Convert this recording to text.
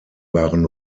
waren